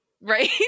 right